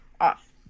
Off